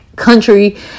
country